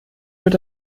wird